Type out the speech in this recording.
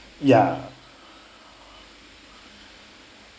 ya